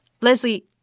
Leslie